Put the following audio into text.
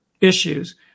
issues